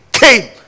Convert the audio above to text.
came